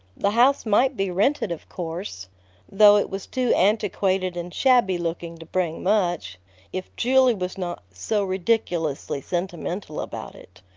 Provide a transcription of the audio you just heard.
the house might be rented, of course though it was too antiquated and shabby-looking to bring much if julia was not so ridiculously sentimental about it.